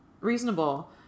reasonable